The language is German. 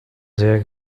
sehr